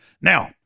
Now